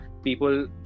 people